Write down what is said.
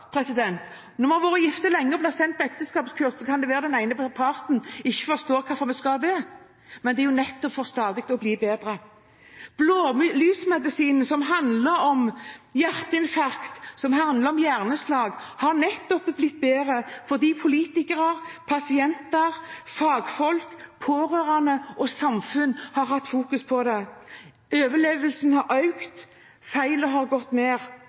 Når man har vært gift lenge og blir sendt på ekteskapskurs, kan det være at den ene parten ikke forstår hvorfor en skal det. Men det er jo nettopp for stadig å bli bedre. Blålysmedisin, som handler om hjerteinfarkt og hjerneslag, har blitt bedre nettopp fordi politikere, pasienter, fagfolk, pårørende og samfunnet har fokusert på det. Antallet overlevende har økt, og antall feil har gått